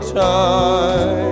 time